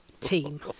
team